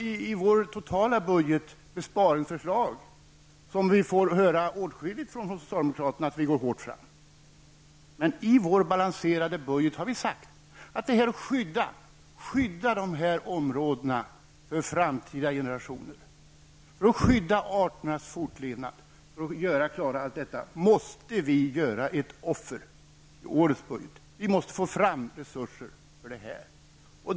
I vår totala budget finns besparingsförslag, och vi får höra åtskilligt från socialdemokraterna om att vi går hårt fram. Men detta förslag finns med i vår balanserade budget. För att skydda dessa områden inför framtida generationer och arternas fortlevnad måste vi göra ett offer i årets budget. Vi måste få fram resurser för detta.